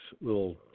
little